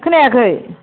खोनायाखै